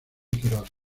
quirós